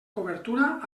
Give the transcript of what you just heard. cobertura